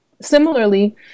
Similarly